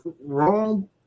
wrong